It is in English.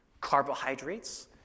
carbohydrates